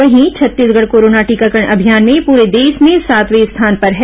वहीं छत्तीसगढ़ कोरोना टीकाकरण अभियान में पूरे देश में सातवें स्थान पर हैं